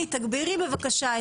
מדברים על הילדים בגובה העיניים,